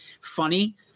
funny